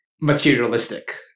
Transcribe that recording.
materialistic